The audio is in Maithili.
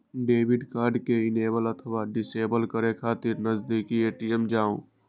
डेबिट कार्ड कें इनेबल अथवा डिसेबल करै खातिर नजदीकी ए.टी.एम जाउ